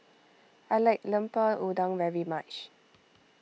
I like Lemper Udang very much